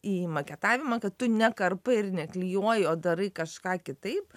į maketavimą kad tu ne karpai ir neklijuoji o darai kažką kitaip